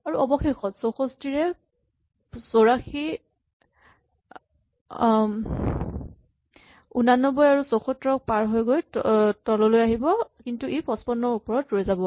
আৰু অৱশেষত ৬৪ ৰে ৮৪ ৮৯ আৰু ৭৪ ক পাৰ হৈ তললৈ আহিব কিন্তু ই ৫৫ ৰ ওপৰত ৰৈ যাব